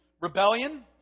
Rebellion